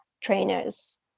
trainers